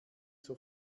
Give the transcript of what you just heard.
zur